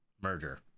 merger